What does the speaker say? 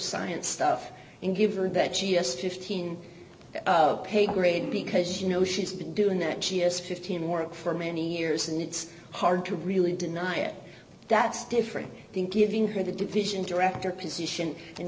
science stuff and give her that yes to fifteen pay grade because you know she's been doing that she has fifteen more for many years and it's hard to really deny it that's different than giving her the division director position and